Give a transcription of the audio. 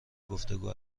گفتگو